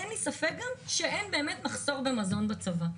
אין לי ספק גם שאין באמת מחסור במזון בצבא,